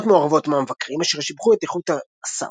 ביקורות מעורבות מהמבקרים אשר שיבחו את איכות הסאונד